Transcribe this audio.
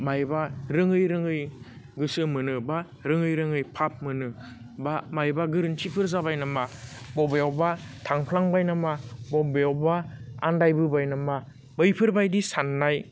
मायबा रोङै रोङै गोसो मोनो बा रोङै रोङै फाप मोनो बा मायबा गोरोन्थिफोर जाबाय नामा बबेयावबा थांफ्लांबाय नामा बबेयावबा आन्दायबोबाय नामा बैफोरबादि सान्नाय